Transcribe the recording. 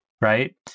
right